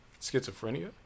Schizophrenia